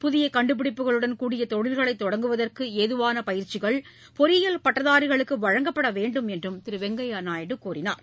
புதிய கண்டுபிடிப்புகளுடன் கூடிய தொழில்களை தொடங்குவதற்கு ஏதுவான பயிற்சிகள் பொறியியல் பட்டதாரிகளுக்கு வழங்கப்பட வேண்டும் என்றும் திரு வெங்கய்யா நாயுடு கூறினார்